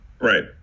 Right